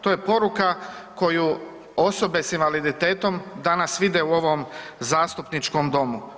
To je poruka koje osobe s invaliditetom danas vide u ovom zastupničkom domu.